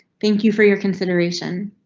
thank you for your consideration.